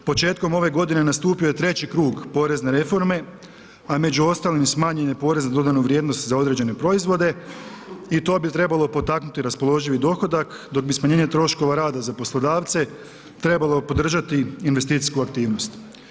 Početkom ove godine nastupio je 3 krug porezne reforme, a među ostalim smanjen je porez na dodanu vrijednost za određene proizvode i to bi trebalo potaknuti raspoloživi dohodak dok bi smanjenje troškova rada za poslodavce trebalo podržati investicijsku aktivnost.